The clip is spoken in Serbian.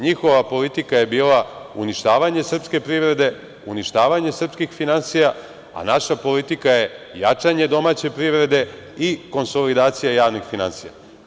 Njihova politika je bila uništavanje srpske privrede, uništavanje srpskih finansija, a naša politika je jačanje domaće privrede i konsolidacija javnih finansija.